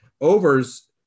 overs